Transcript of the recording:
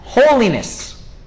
Holiness